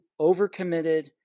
overcommitted